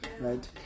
right